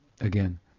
again